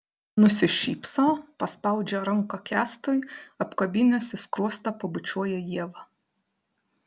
nusišypso paspaudžia ranką kęstui apkabinęs į skruostą pabučiuoja ievą